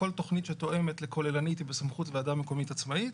כל תכנית שתואמת לכוללנית היא בסמכות ועדה מקומית עצמאית.